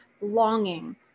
longing